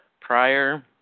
prior